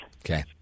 Okay